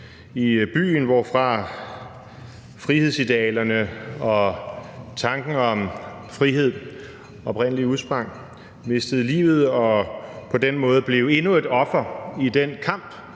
i byen, hvorfra frihedsidealerne og tanken om frihed oprindeligt udsprang; han mistede livet og blev på den måde endnu et offer i den kamp